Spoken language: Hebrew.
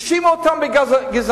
האשימו אותם בגזענות.